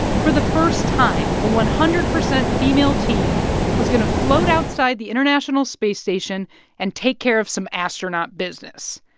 for the first time, a one hundred percent female team was going to float outside the international space station and take care of some astronaut business.